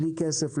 בלי כסף,